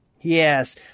Yes